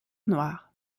noire